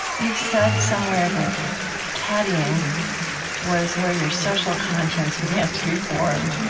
you've said somewhere that caddying was where your social conscience began to be formed.